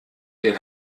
den